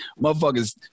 motherfuckers